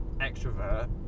extrovert